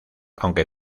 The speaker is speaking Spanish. aunque